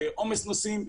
עומס נוסעים,